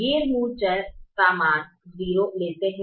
गैर मूल चर मान 0 लेते हैं